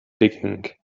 digging